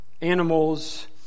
animals